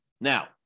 Now